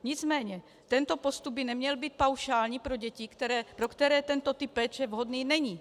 Nicméně tento postup by neměl být paušální pro děti, pro které tento typ péče vhodný není.